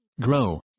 grow